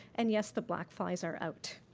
and yes, the black flies are out.